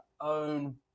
own